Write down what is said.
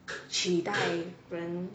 取代人